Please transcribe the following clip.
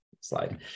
slide